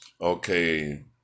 Okay